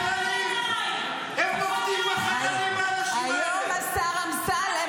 היום השר אמסלם